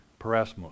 parasmos